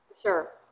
sure